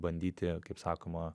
bandyti kaip sakoma